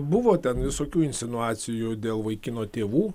buvo ten visokių insinuacijų dėl vaikino tėvų